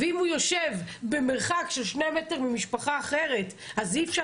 ואם הוא יושב במרחק של שני מטר ממשפחה אחרת אז אי אפשר